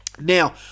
Now